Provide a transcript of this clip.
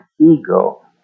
ego